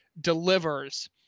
delivers